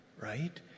right